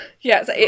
Yes